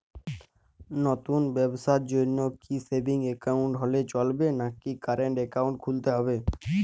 নতুন ব্যবসার জন্যে কি সেভিংস একাউন্ট হলে চলবে নাকি কারেন্ট একাউন্ট খুলতে হবে?